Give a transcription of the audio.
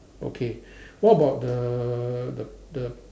okay what about the the the